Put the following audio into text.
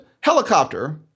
helicopter